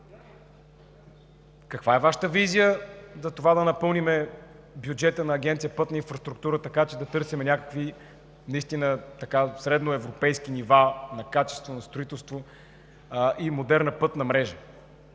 Каква е Вашата визия за това да напълним бюджета на Агенция „Пътна инфраструктура“, така че да търсим някакви наистина средноевропейски нива на качество на строителство и модерна пътна мрежа?